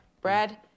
Brad